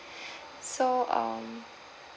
so um